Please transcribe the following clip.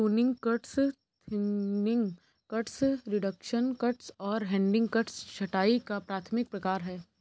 pruning cuts, thinning cuts, reduction cuts और heading cuts छंटाई का प्राथमिक प्रकार हैं